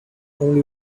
only